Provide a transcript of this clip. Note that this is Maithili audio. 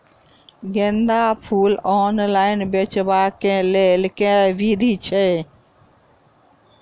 गेंदा फूल ऑनलाइन बेचबाक केँ लेल केँ विधि छैय?